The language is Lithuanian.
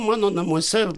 mano namuose